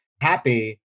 happy